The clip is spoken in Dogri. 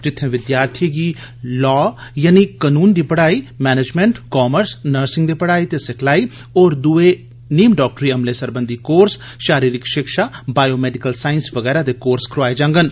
जित्थे विद्यार्थिएं गी लॉ यानी कनून दी पढ़ाई मैनेजमेंट कामर्स नर्सिंग दी पढ़ाई ते सिखलाई होर दुए नीम डॉक्टरी अमले सरबंघी कोर्स शारीरिक शिक्षा ते बायोमेडिकल साईस बगैरा दे कोर्स कराए जांगन